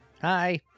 Hi